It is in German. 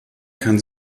kann